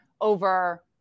over